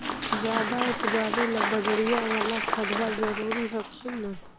ज्यादा उपजाबे ला बजरिया बाला खदबा जरूरी हखिन न?